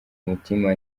mutima